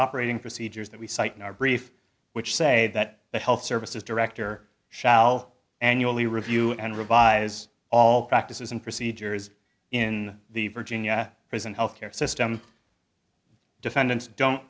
operating procedures that we cite in our brief which say that the health services director shall annually review and revise all practices and procedures in the virginia prison health care system defendants don't